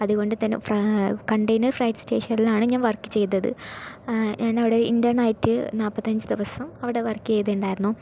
അതുകൊണ്ട് തന്നെ ഫ്രാ കണ്ടൈനർ ഫ്രെയ്റ്റ് സ്റ്റേഷനിലാണ് വർക്ക് ചെയ്തത് ഞാൻ അവിടെ ഇൻ്റെൺ ആയിട്ട് നാപ്പത്തഞ്ച് ദിവസം അവിടെ വർക്ക് ചെയ്തിട്ടുണ്ടായിരുന്നു